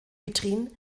vitrine